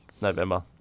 November